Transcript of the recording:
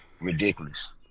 ridiculous